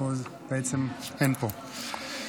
בעצם אין פה.